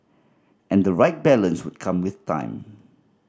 and the right balance would come with time